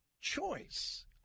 choice